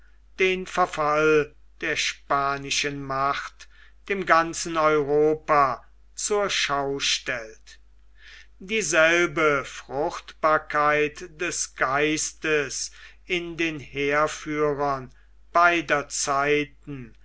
den verfall der spanischen macht zur schau stellt dieselbe fruchtbarkeit des geistes in den heerführern beider zeiten